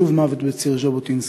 שוב מוות בציר ז'בוטינסקי.